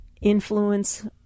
influence